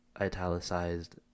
Italicized